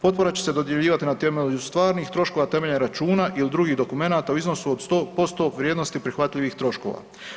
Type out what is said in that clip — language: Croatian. Potpora će se dodjeljivati na temelju stvarnih troškova temeljem računa ili drugih dokumenata u iznosu od 100% vrijednosti prihvatljivih troškova.